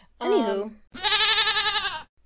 Anywho